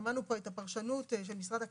שמענו פה את הפרשנות של משרד הכלכלה,